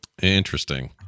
Interesting